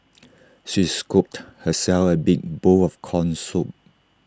she scooped herself A big bowl of Corn Soup